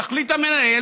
יחליט המנהל,